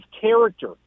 character